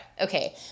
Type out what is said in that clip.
Okay